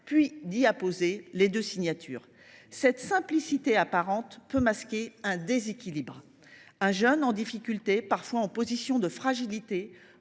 qu’à apposer leurs signatures. Cette simplicité apparente peut masquer un déséquilibre. Un jeune en difficulté, parfois en position de fragilité,